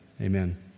Amen